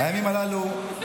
חבר הכנסת שמחה רוטמן,